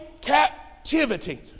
captivity